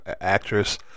actress